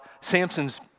Samson's